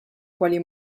quali